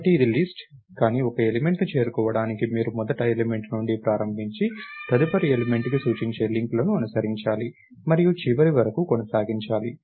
కాబట్టి ఇది లిస్ట్ కానీ ఒక ఎలిమెంట్ ను చేరుకోవడానికి మీరు మొదటి ఎలిమెంట్ నుండి ప్రారంభించి తదుపరి ఎలిమెంట్ కి సూచించే లింక్లను అనుసరించాలి మరియు చివరి వరకు కొనసాగించాలి